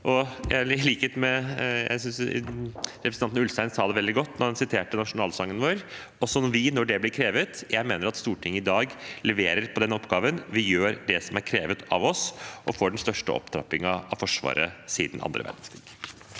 Jeg synes representanten Ulstein sa det veldig godt da han siterte nasjonalsangen vår: «også vi når det blir krevet». Jeg mener at Stortinget i dag leverer på den oppgaven. Vi gjør det som er krevet av oss, og får den største opptrappingen av Forsvaret siden annen verdenskrig.